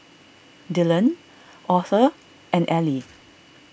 Dylan Auther and Elie